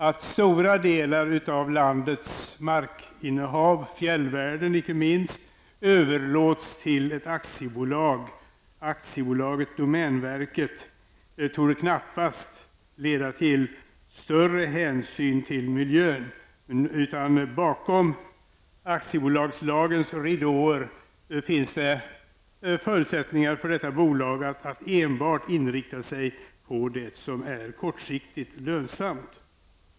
Att stora delar av statens markinnehav, fjällvärlden icke minst, överlåts till ett aktiebolag, AB Domänverket, torde knappast leda till större hänsyn till miljön. Bakom aktiebolagslagens ridåer finns förutsättningar för detta bolag att enbart inrikta sig på det som är kortsiktigt lönsamt.